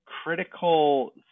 critical